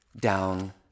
down